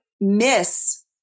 miss